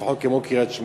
לפחות כמו קריית-שמונה,